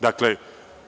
dakle,